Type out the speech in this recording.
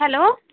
hello